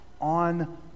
on